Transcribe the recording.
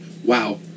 Wow